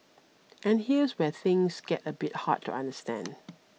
and here's where things get a bit hard to understand